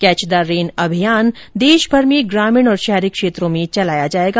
catch the rain अभियान देशभर में ग्रामीण और शहरी क्षेत्रों में चलाया जायेगा